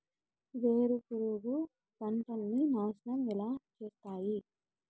వేరుపురుగు పంటలని నాశనం ఎలా చేస్తాయి?